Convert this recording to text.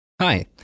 Hi